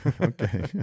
okay